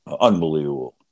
unbelievable